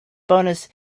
bonus